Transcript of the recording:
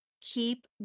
keep